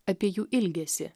apie jų ilgesį